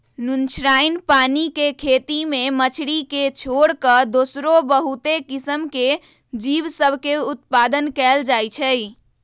नुनछ्राइन पानी के खेती में मछरी के छोर कऽ दोसरो बहुते किसिम के जीव सभ में उत्पादन कएल जाइ छइ